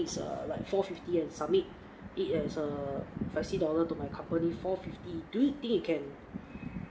is err like four fifty and submit it as a flexi dollar to my company four fifty do you think you can